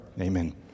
Amen